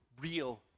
real